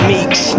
Meeks